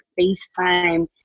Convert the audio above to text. FaceTime